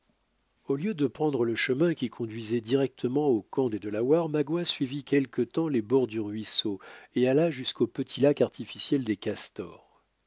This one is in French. au lieu de prendre le chemin qui conduisait directement au camp des delawares magua suivit quelque temps les bords du ruisseau et alla jusqu'au petit lac artificiel des castors